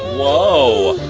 whoa